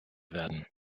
werden